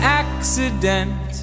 accident